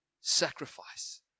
sacrifice